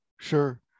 sure